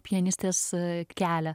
pianistės kelią